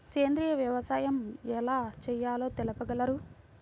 సేంద్రీయ వ్యవసాయం ఎలా చేయాలో తెలుపగలరు?